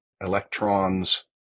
electrons